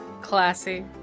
Classy